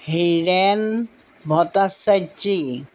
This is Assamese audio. হীৰেণ ভট্টাচাৰ্যী